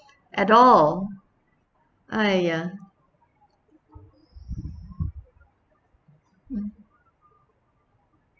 at all !aiya! mm